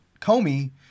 Comey